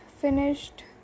finished